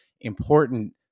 important